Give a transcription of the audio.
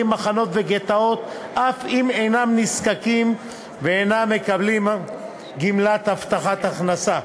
מחנות וגטאות אף אם אינם נזקקים ואינם מקבלים גמלת הבטחת הכנסה.